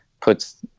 puts